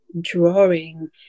Drawing